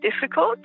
difficult